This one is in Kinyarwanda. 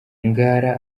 ngara